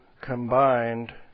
combined